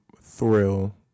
thrill